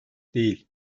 değil